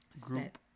group